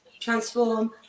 transform